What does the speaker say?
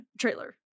trailer